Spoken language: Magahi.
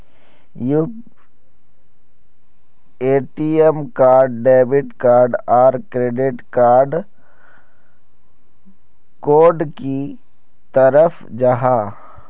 ए.टी.एम कार्ड डेबिट कार्ड आर क्रेडिट कार्ड डोट की फरक जाहा?